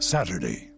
Saturday